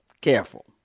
Careful